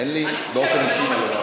אין לי באופן אישי מה לומר לך.